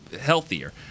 healthier